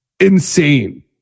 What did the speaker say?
insane